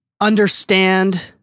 understand